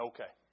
Okay